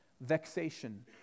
vexation